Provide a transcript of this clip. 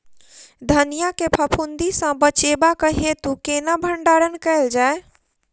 धनिया केँ फफूंदी सऽ बचेबाक हेतु केना भण्डारण कैल जाए?